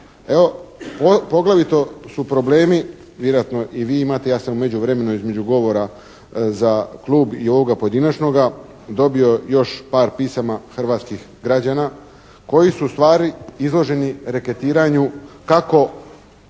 Evo, poglavito su problemi, vjerojatno i vi imate, ja sam u međuvremenu između govora za klub i ovoga pojedinačnoga, dobio još par pisama hrvatskih građana koji su ustvari izloženi reketiranju kako